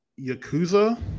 Yakuza